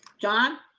john.